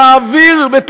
איזה